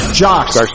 jocks